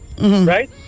Right